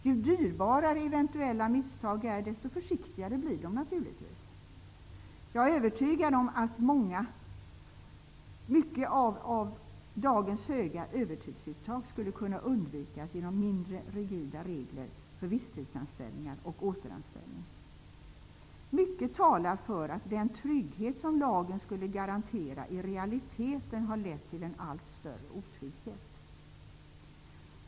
Ju dyrbarare eventuella misstag är, desto försiktigare blir de naturligtvis. Jag är övertygad om att mycket av dagens höga övertidsuttag skulle kunna undvikas genom mindre rigida regler för visstidsanställningar och återanställning. Mycket talar för att den trygghet som lagen skulle garantera har i realiteten lett till en allt större otrygghet.